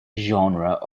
genre